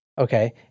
okay